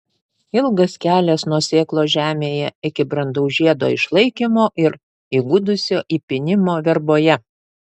ilgas kelias nuo sėklos žemėje iki brandaus žiedo išlaikymo ir įgudusio įpynimo verboje